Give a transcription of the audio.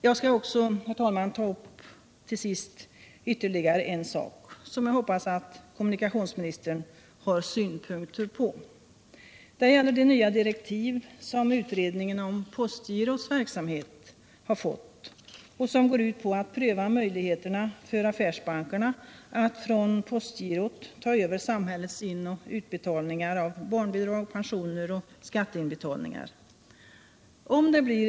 Jag skall till sist ta upp ytterligare en sak, som jag hoppas att kommunikationsministern har synpunkter på. Det gäller de nya direktiv som utredningen om postgirots verksamhet har fått och som går ut på att pröva möjligheterna för affärsbankerna att från postgirot ta över samhällets inoch utbetalningar av barnbidrag, pensioner och skatteinbetalningar.